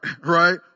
right